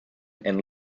and